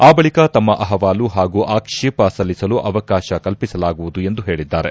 ಆ ಬಳಿಕ ತಮ್ಮ ಅಹವಾಲು ಹಾಗೂ ಆಕ್ಷೇಪ ಸಲ್ಲಿಸಲು ಅವಕಾಶ ಕಲ್ಪಿಸಲಾಗುವುದು ಎಂದು ಹೇಳಿದ್ದಾರೆ